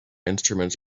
instruments